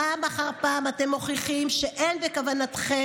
פעם אחר פעם אתם מוכיחים שאין בכוונתכם